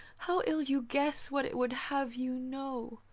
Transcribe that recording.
how ill you guess what it would have you know,